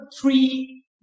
three